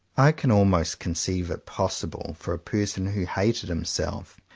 i can almost conceive it possible for a person who hated himself,